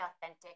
authentic